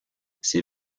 ces